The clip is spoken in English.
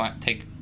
take